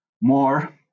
more